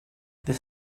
this